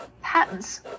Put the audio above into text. Patents